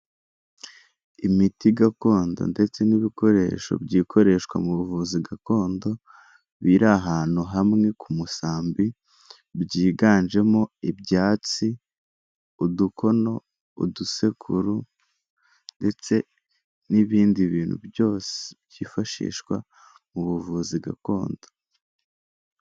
Imiti gakondo ndetse n'ibikoresho byikoreshwa mu buvuzi gakondo, biri ahantu hamwe ku musambi byiganjemo ibyatsi, udukono, udusekuru ndetse n'ibindi bintu byose byifashishwa mu buvuzi gakondo.